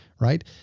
right